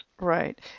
Right